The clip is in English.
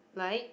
like